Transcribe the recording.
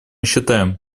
считаем